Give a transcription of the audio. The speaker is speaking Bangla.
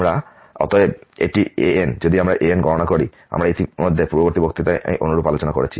এবং অতএব এটি an যদি আমরা an গণনা করি আমরা ইতিমধ্যে পূর্ববর্তী বক্তৃতায় অনুরূপ আলোচনা করেছি